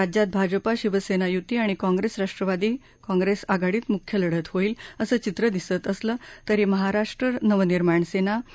राज्यात भाजपा शिवसेना युती आणि काँग्रेस राष्ट्रवादी काँग्रेस आघाडीत मुख्य लढत होईल असं चित्र दिसत असलं तरी महाराष्ट्र नवनिर्माण सेना एम